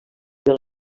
del